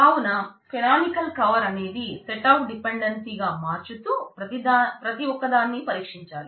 కావున canonical cover అనేదు set of dependency గా మర్చుతూ ప్రతి ఒక దాన్ని పరీక్షించాలి